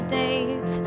days